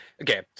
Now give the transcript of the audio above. Okay